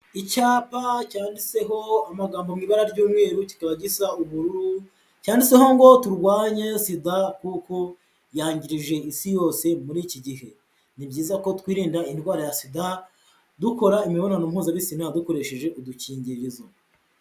Icyapa cyanditseho amagambo mu ibara ry'umweru kikaba giza ubururu cyanditseho ngo turwanye sida kuko yangirije Isi hose muri iki gihe, ni byiza ko twirinda indwara ya sida dukora imibonano mpuzabitsina dukoresheje udukingirizo.